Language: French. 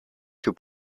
que